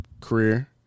career